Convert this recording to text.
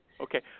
Okay